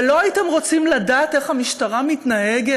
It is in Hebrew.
ולא הייתם רוצים לדעת איך המשטרה מתנהגת?